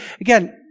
again